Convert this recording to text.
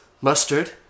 Mustard